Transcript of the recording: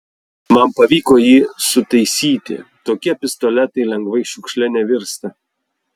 man pavyko jį sutaisyti tokie pistoletai lengvai šiukšle nevirsta